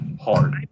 hard